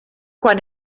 quan